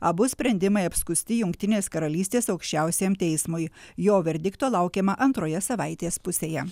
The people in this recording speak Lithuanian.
abu sprendimai apskųsti jungtinės karalystės aukščiausiajam teismui jo verdikto laukiama antroje savaitės pusėje